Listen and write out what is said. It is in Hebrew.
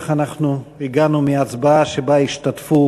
איך אנחנו הגענו מהצבעה שבה השתתפו